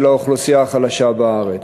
של האוכלוסייה החלשה בארץ.